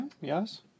yes